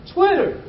Twitter